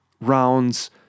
rounds